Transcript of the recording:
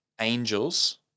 angels